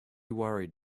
worried